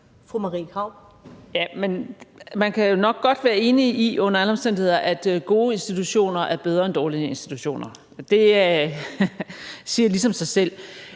nok godt være enig i, at gode institutioner er bedre end dårlige institutioner. Det siger ligesom sig selv.